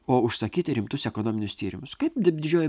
o užsakyti rimtus ekonominius tyrimus kaip didžiojoj